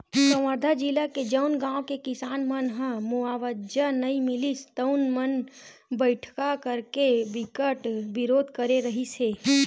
कवर्धा जिला के जउन गाँव के किसान मन ल मुवावजा नइ मिलिस तउन मन बइठका करके बिकट बिरोध करे रिहिस हे